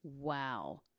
Wow